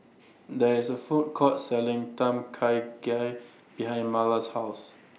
There IS A Food Court Selling Tom Kha Gai behind Marla's House